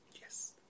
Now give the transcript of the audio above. Yes